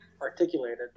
articulated